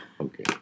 Okay